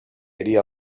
idea